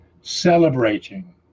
celebrating